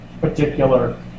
particular